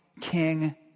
King